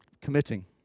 committing